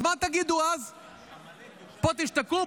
פה תשתקו?